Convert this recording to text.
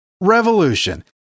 revolution